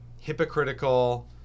hypocritical